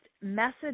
message